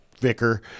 vicar